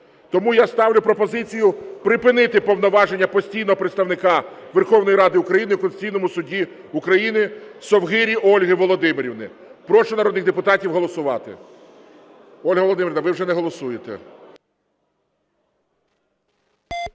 Тому я ставлю пропозицію припинити повноваження постійного представника Верховної Ради України в Конституційному Суді України Совгирі Ольги Володимирівни. Прошу народних депутатів голосувати. Ольга Володимирівна, ви вже не голосуєте.